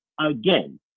Again